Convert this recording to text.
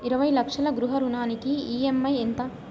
ఇరవై లక్షల గృహ రుణానికి ఈ.ఎం.ఐ ఎంత?